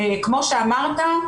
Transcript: כמו שאמרת,